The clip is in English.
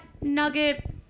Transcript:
nugget